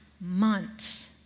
months